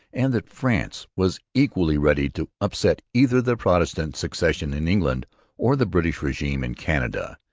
and that france was equally ready to upset either the protestant succession in england or the british regime in canada.